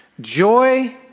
joy